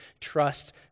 trust